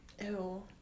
Ew